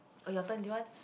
oh your turn do you want